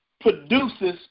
produces